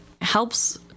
helps